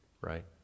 right